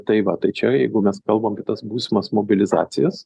tai va tai čia jeigu mes kalbam apie tas būsimas mobilizacijas